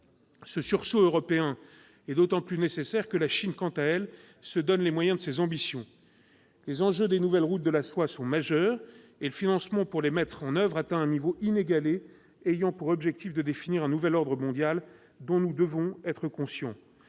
Ce sursaut européen est d'autant plus nécessaire que la Chine, quant à elle, se donne les moyens de ses ambitions. Les nouvelles routes de la soie soulèvent des enjeux majeurs et le financement pour les mettre en oeuvre atteint un niveau inégalé. La Chine a pour but de définir un nouvel ordre mondial dont nous devons être conscients.